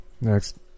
Next